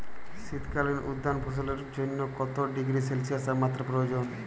শীত কালীন উদ্যান ফসলের জন্য কত ডিগ্রী সেলসিয়াস তাপমাত্রা প্রয়োজন?